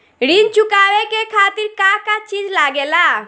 ऋण चुकावे के खातिर का का चिज लागेला?